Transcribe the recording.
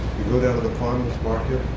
you go down to the farmer's market.